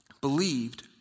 believed